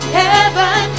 heaven